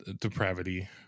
depravity